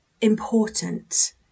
important